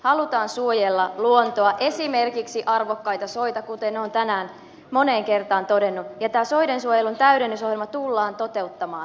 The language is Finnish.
haluamme suojella luontoa esimerkiksi arvokkaita soita kuten olen tänään moneen kertaan todennut ja tämä soidensuojelun täydennysohjelma tullaan toteuttamaan